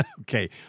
okay